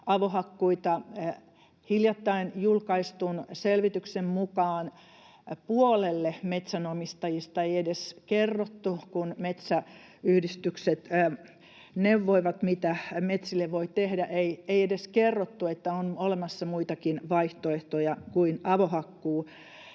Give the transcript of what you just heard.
avohakkuita. Hiljattain julkaistun selvityksen mukaan puolelle metsänomistajista ei edes kerrottu, kun metsäyhdistykset neuvoivat, mitä metsille voi tehdä, ei edes kerrottu, että on olemassa muitakin vaihtoehtoja kuin avohakkuu.